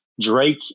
Drake